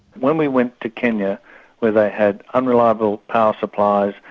when we went to kenya where they had unreliable power supplies,